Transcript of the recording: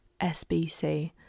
SBC